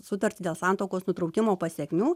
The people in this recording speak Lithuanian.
sutartį dėl santuokos nutraukimo pasekmių